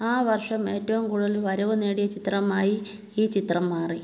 ആ വർഷം ഏറ്റവും കൂടുതൽ വരവ് നേടിയ ചിത്രമായി ഈ ചിത്രം മാറി